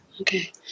Okay